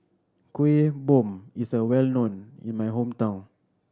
Kueh Bom is a well known in my hometown